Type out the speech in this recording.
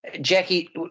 Jackie